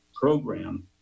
program